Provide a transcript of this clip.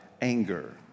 anger